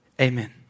Amen